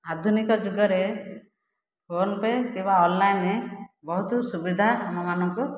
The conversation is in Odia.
ଆଧୁନିକ ଯୁଗରେ ଫୋନ୍ ପେ' କିମ୍ବା ଅନଲାଇନ୍ ବହୁତ ସୁବିଧା ଆମ ମାନଙ୍କୁ